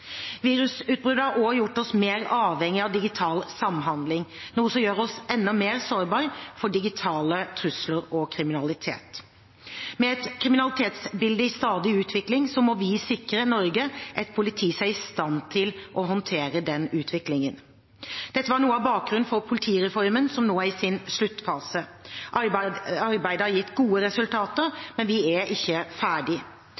Virusutbruddet har også gjort oss mer avhengig av digital samhandling, noe som gjør oss enda mer sårbare for digitale trusler og kriminalitet. Med et kriminalitetsbilde i stadig utvikling må vi sikre Norge et politi som er i stand til å håndtere den utviklingen. Dette var noe av bakgrunnen for politireformen, som nå er i sin sluttfase. Arbeidet har gitt gode